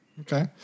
okay